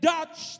Dutch